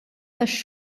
tax